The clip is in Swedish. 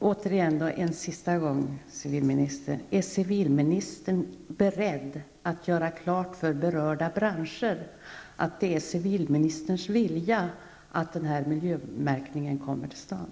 Herr talman! En sista gång: Är civilministern beredd att göra klart för berörda branscher att det är civilministerns vilja att denna miljömärkning kommer till stånd?